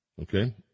Okay